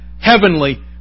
heavenly